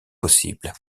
possibles